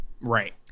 Right